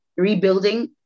Rebuilding